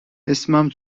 اسمم